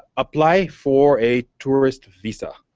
apply for a tourist visa?